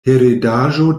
heredaĵo